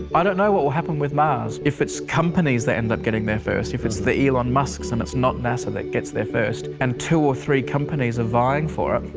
i don't know what will happen with mars. if it's companies that end up getting their first, if it's the elon musks and it's not nasa that gets there first and two or three companies are vying for it.